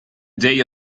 day